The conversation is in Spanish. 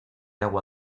agua